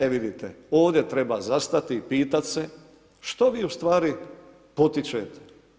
E vidite, ovdje treba zastati i pitati se što vi u stvari potičete?